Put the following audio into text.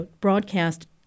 broadcast